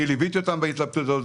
וליוויתי אותם בהתלבטות הזאת.